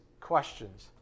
questions